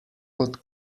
kot